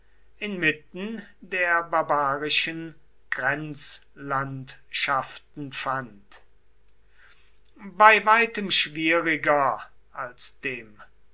inmitten der barbarischen grenzlandschaften fand bei weitem schwieriger als dem